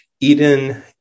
Eden